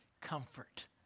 comfort